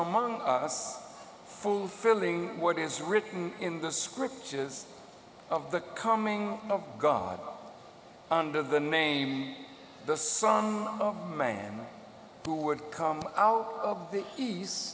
among us fulfilling what is written in the scriptures of the coming of god under the name the some man who would come out of the